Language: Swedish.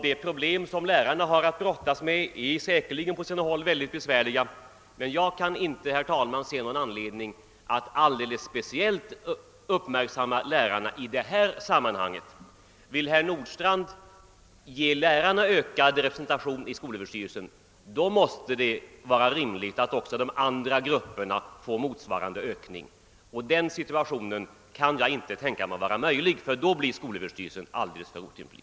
De problem som lärarna har att brottas med är säkerligen på sina håll mycket besvärliga, men jag kan inte, herr talman, se någon anledning till att alldeles speciellt uppmärksamma lärarna i det här sammanhanget. Om herr Nordstrandh vill ge lärarna ökad representation i skolöverstyrelsen, då måste det vara rimligt att också de andra grupperna får en motsvarande ökning. Men detta kan jag inte tänka mig vara möjligt, eftersom skolöverstyrelsen då blir alldeles för otymplig.